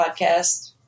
podcast